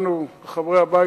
חברי הבית הזה,